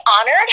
honored